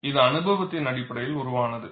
இது அனுபவத்தின் அடிப்படையில் உருவானது